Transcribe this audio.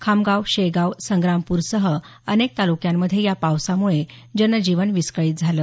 खामगाव शेगाव संग्रामपूरसह अनेक तालुक्यांमध्ये या पावसामुळे जनजीवन विस्कळीत झालं